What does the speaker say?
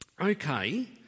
okay